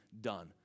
done